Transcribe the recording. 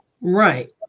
Right